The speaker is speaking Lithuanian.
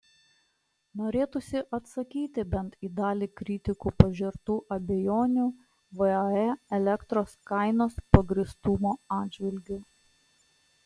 norėtųsi atsakyti bent į dalį kritikų pažertų abejonių vae elektros kainos pagrįstumo atžvilgiu